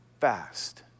fast